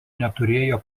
neturėjo